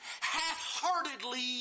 half-heartedly